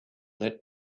that